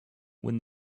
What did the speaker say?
when